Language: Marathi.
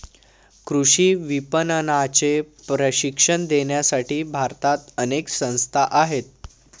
कृषी विपणनाचे प्रशिक्षण देण्यासाठी भारतात अनेक संस्था आहेत